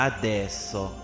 Adesso